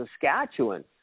Saskatchewan